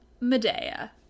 Medea